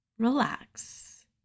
Relax